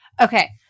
okay